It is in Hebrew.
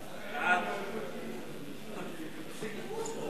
חוק בתי-המשפט (תיקון